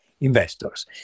investors